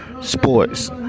Sports